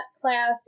class